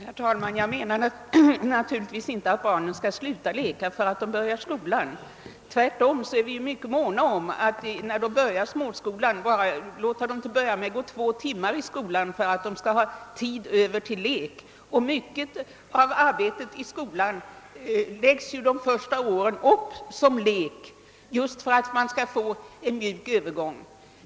Herr talman! Jag menar naturligtvis inte att barnen skall sluta leka för att de börjar skolan. Tvärtom är vi mycket måna om att endast låta dem gå två timmar om dagen när de börjar småskolan just för att de skall få tid över till lek. Mycket av arbetet läggs också upp som lek för att man skall få en mjuk övergång.